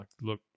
look